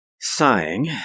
Sighing